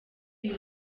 uyu